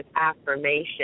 affirmation